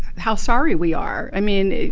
how sorry we are. i mean,